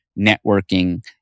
networking